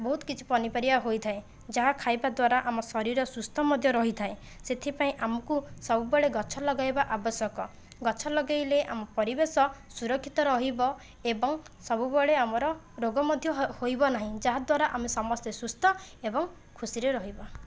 ବହୁତ କିଛି ପନିପରିବା ହୋଇଥାଏ ଯାହା ଖାଇବା ଦ୍ୱାରା ଆମ ଶରୀର ସୁସ୍ଥ ମଧ୍ୟ ରହିଥାଏ ସେଥିପାଇଁ ଆମକୁ ସବୁବେଳେ ଗଛ ଲଗାଇବା ଆବଶ୍ୟକ ଗଛ ଲଗାଇଲେ ଆମ ପରିବେଶ ସୁରକ୍ଷିତ ରହିବ ଏବଂ ସବୁବେଳେ ଆମର ରୋଗ ମଧ୍ୟ ହୋଇ ହୋଇବ ନାହିଁ ଯାହାଦ୍ୱାରା ଆମେ ସମସ୍ତେ ସୁସ୍ଥ ଏବଂ ଖୁସିରେ ରହିବ